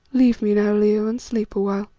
leave me now, leo, and sleep awhile,